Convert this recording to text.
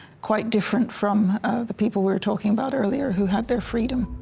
quite different from the people we were talking about earlier who had their freedom.